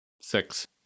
Six